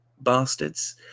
bastards